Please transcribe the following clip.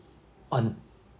on